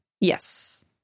yes